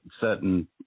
certain